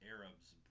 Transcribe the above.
Arab's